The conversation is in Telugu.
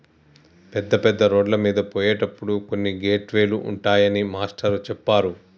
పెద్ద పెద్ద రోడ్లమీద పోయేటప్పుడు కొన్ని గేట్ వే లు ఉంటాయని మాస్టారు చెప్పారు